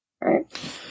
Right